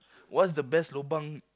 what's the best lobang